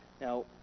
Now